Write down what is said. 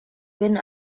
been